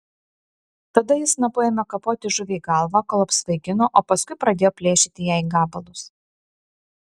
tada ji snapu ėmė kapoti žuviai galvą kol apsvaigino o paskui pradėjo plėšyti ją į gabalus